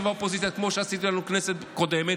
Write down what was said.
ואופוזיציה כמו שעשתה לנו כנסת קודמת.